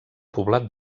poblat